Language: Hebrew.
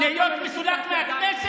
ואתה אומר לי להיות מסולק מהכנסת?